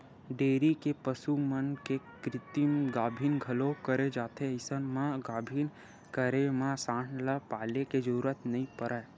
dairy के पसु मन के कृतिम गाभिन घलोक करे जाथे अइसन म गाभिन करे म सांड ल पाले के जरूरत नइ परय